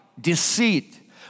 deceit